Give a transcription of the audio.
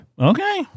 Okay